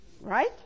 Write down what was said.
right